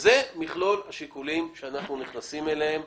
זה מכלול השיקולים שאנחנו נכנסים אליהם.